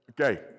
Okay